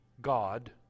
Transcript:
God